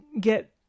get